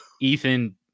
Ethan